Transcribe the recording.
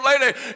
lady